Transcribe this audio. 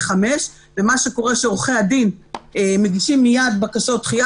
ומה שקורה שעורכי הדין מגישים מייד בקשות דחייה